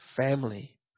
family